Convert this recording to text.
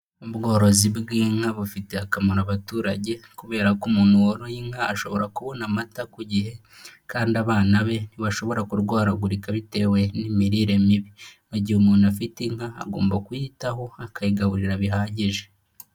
Ubworozi bw'inka bufitiye akamaro abaturage kubera ko umuntu woroye inka ashobora kubona amata ku gihe kandi abana be ntibashobora kurwaragurika bitewe n'imirire mibi. Igihe umuntu afite inka agomba kuyitaho, akayigaburira bihagije.